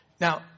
Now